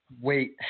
Wait